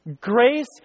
Grace